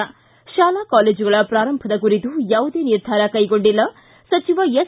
ಿ ಶಾಲಾ ಕಾಲೇಜುಗಳ ಪ್ರಾರಂಭದ ಕುರಿತು ಯಾವುದೇ ನಿರ್ಧಾರ ಕೈಗೊಂಡಿಲ್ಲ ಸಚಿವ ಎಸ್